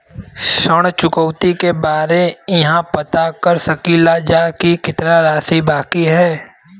ऋण चुकौती के बारे इहाँ पर पता कर सकीला जा कि कितना राशि बाकी हैं?